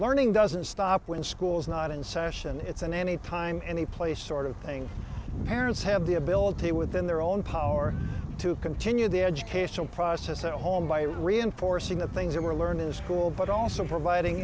warning doesn't stop when school's not in session it's and any time any place sort of thing parents have the ability within their own power to continue the educational process at home by reinforcing the things that we're learning in school but also providing